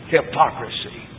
Hypocrisy